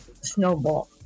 Snowball